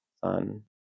Sun